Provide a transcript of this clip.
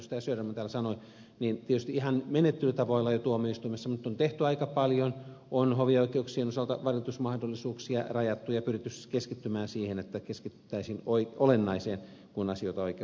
söderman täällä sanoi niin tietysti ihan menettelytavoille jo tuomioistuimessa nyt on tehty aika paljon on hovioikeuksien osalta vaikutusmahdollisuuksia rajattu ja pyritty keskittymään siihen että keskityttäisiin olennaiseen kun asioita oikeudessa käsitellään